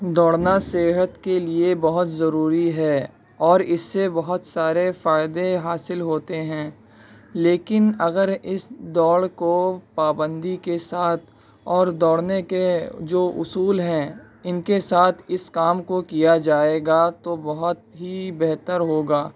دوڑنا صحت کے لیے بہت ضروری ہے اور اس سے بہت سارے فائدے حاصل ہوتے ہیں لیکن اگر اس دوڑ کو پابندی کے ساتھ اور دوڑنے کے جو اصول ہیں ان کے ساتھ اس کام کو کیا جائے گا تو بہت ہی بہتر ہوگا